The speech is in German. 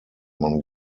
man